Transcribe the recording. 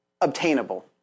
obtainable